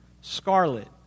scarlet